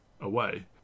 away